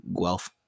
Guelph